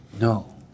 No